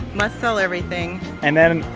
must sell everything and then,